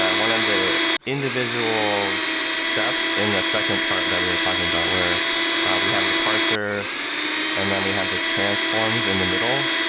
ah one of the individual steps in the second part that we were talking about, where we have the parser and then we have the transforms in the middle,